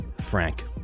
Frank